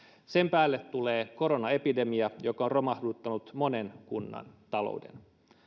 sen päälle tulee koronaepidemia joka on romahduttanut monen kunnan talouden